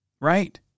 Right